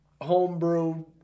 homebrew